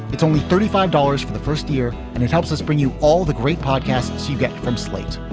it's only thirty five dollars for the first year and it helps us bring you all the great podcasts you get from slate.